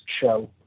show